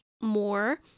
more